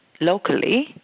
locally